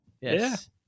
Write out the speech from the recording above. Yes